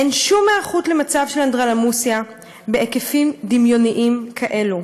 אין שום היערכות למצב של אנדרלמוסיה בהיקפים דמיוניים כאלו,